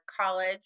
college